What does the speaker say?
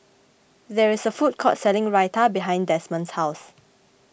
there is a food court selling Raita behind Desmond's house